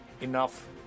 Enough